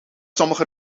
sommige